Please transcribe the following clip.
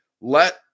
Let